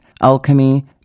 alchemy